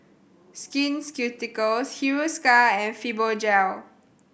Skin Ceuticals Hiruscar and Fibogel